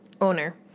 owner